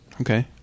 Okay